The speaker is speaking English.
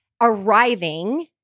arriving